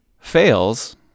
fails